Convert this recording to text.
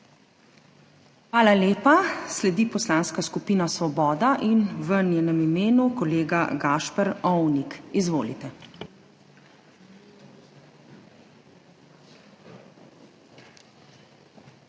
Hvala lepa. Sledi Poslanska skupina Svoboda in v njenem imenu kolega Gašper Ovnik. Izvolite.